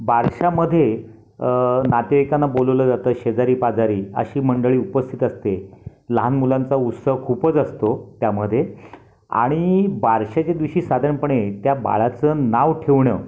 बारश्यामध्ये नातेवाईकांना बोलवलं जातं शेजारी पाजारी अशी मंडळी उपस्थित असते लहान मुलांचा उत्सव खूपच असतो त्यामध्ये आणि बारशाच्या दिवशी साधारणपणे त्या बाळाचं नाव ठेवणं